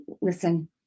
Listen